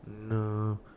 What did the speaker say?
No